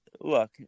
Look